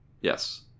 Yes